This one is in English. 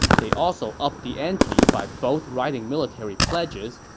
they also upped the ante by both writing military pledges,